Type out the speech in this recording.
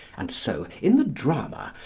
and so, in the drama,